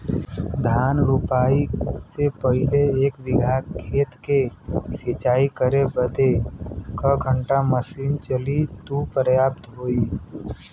धान रोपाई से पहिले एक बिघा खेत के सिंचाई करे बदे क घंटा मशीन चली तू पर्याप्त होई?